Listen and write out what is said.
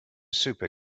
super